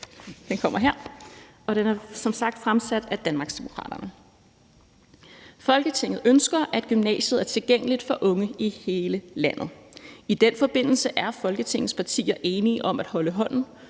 følgende: Forslag til vedtagelse »Folketinget ønsker, at gymnasiet er tilgængeligt for unge i hele landet. I den forbindelse er Folketingets partier enige om at holde hånden